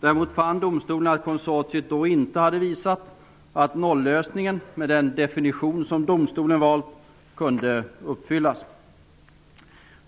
Däremot fann domstolen att konsortiet då inte hade visat att nollösningen med den definition som domstolen hade valt, kunde uppfyllas.